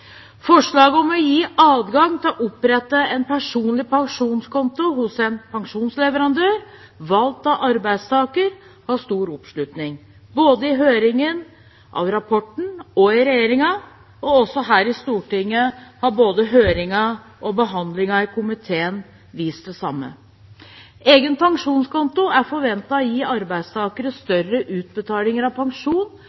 Forslaget om å gi adgang til å opprette en personlig pensjonskonto hos en pensjonsleverandør valgt av arbeidstaker har stor oppslutning, både i høringen om rapporten og i regjeringen. Også her i Stortinget har både høringen og behandlingen i komiteen vist det samme. Egen pensjonskonto er forventet å gi arbeidstakere